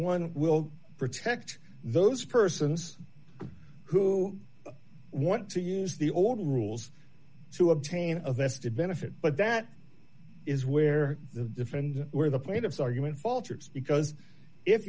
one will protect those persons who want to use the old rules to obtain a vested benefit but that is where the defend where the plaintiff's argument falters because if